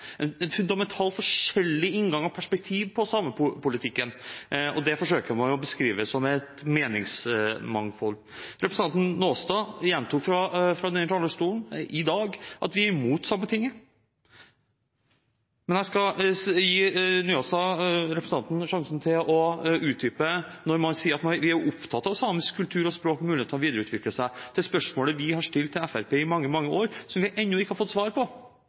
en fundamentalt forskjellig inngang og perspektiv på samepolitikken. Det forsøker man å beskrive som et meningsmangfold. Representanten Njåstad gjentok fra denne talerstolen i dag at de er imot Sametinget. Men jeg skal gi representanten Njåstad sjansen til å utdype dette, siden han sier at de er opptatt av samisk kultur og språk og av muligheten deres til å videreutvikle seg. Dette er spørsmålet vi har stilt til Fremskrittspartiet i mange år, og som vi ennå ikke har fått svar på.